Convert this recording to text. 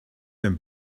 dem